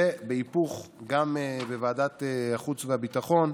ובהיפוך, גם בוועדת החוץ והביטחון,